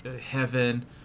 Heaven